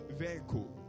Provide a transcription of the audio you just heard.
vehicle